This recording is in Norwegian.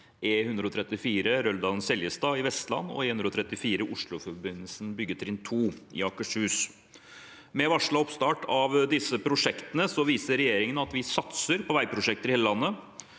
E134 Røldal–Seljestad i Vestland og E134 Oslofjordforbindelsen, byggetrinn 2, i Akershus. Med varslet oppstart av disse prosjektene viser regjeringen at vi satser på veiprosjekter i hele landet.